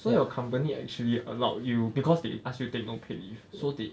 so your company actually allowed you because they ask you take no pay leave so they